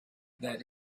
that